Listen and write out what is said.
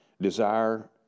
Desire